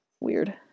Weird